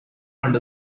and